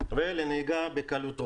ולנהיגה בקלות ראש.